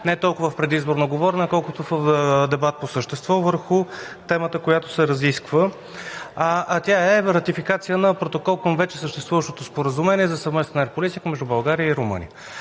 не толкова в предизборното говорене, колкото в дебат по същество върху темата, която се разисква, а тя е Ратификация на протокол към вече съществуващото споразумение за съвместен Air Policing между България и Румъния.